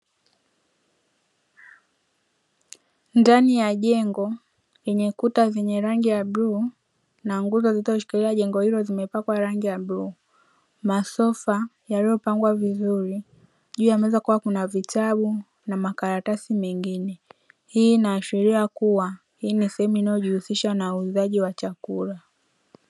Ndani ya jengo lenye kuta zenye rangi ya bluu na nguzo zilizo shikilia jengo hilo, zimepakwa rangi ya bluu. Masofa yaliyopangwa vizuri, juu ya meza kuna vitabu na makaratasi mengine. Hii inaashiria kuwa hii ni sehemu inayojihusisha na uuzaji wa chakula.